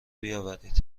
بیاورید